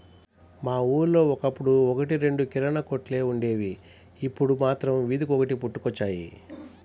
మా ఊళ్ళో ఒకప్పుడు ఒక్కటి రెండు కిరాణా కొట్లే వుండేవి, ఇప్పుడు మాత్రం వీధికొకటి పుట్టుకొచ్చాయి